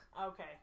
Okay